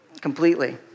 completely